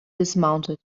dismounted